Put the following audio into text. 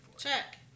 Check